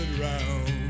round